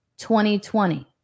2020